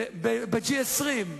ב-G20?